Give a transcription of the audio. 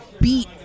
beat